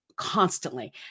constantly